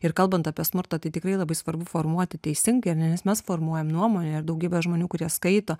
ir kalbant apie smurtą tai tikrai labai svarbu formuoti teisingai nes mes formuojam nuomonę daugybė žmonių kurie skaito